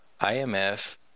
imf